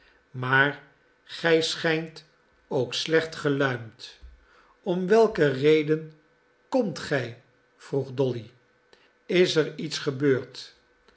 maar gij schijnt ook slecht geluimd om welke reden komt gij vroeg dolly is er iets gebeurd